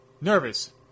nervous